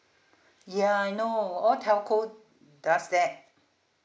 ya I know all telco does that